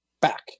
back